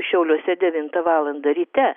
šiauliuose devintą valandą ryte